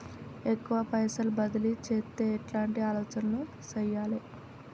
ఎక్కువ పైసలు బదిలీ చేత్తే ఎట్లాంటి ఆలోచన సేయాలి?